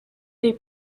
they